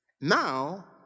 Now